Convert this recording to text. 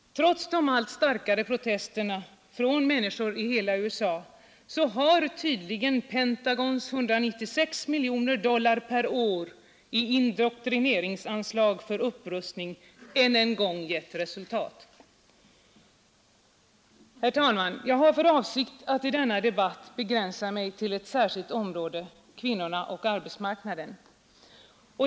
Trots de allt starkare protesterna från människor i hela USA har tydligen Pentagons 196 miljoner dollar per år i indoktrineringsanslag för upprustning än en gång gett resultat. Herr talman! Jag har för avsikt att i denna debatt begränsa mig till ett särskilt område — kvinnorna och arbetsmarknaden.